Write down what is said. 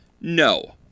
no